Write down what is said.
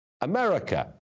America